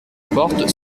porte